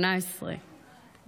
בת 18,